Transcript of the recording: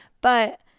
but-